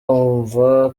bumva